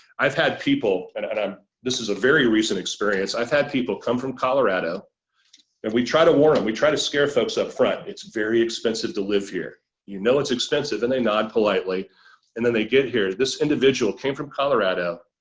i've had people and um this is a very recent experience i've had people come from colorado if we try to warn them we try to scare folks upfront it's very expensive to live here you know it's expensive and they nod politely and then they get here this individual came from colorado